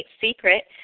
Secret